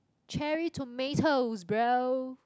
cherry tomatoes bro